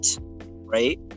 right